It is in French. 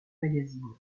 magazines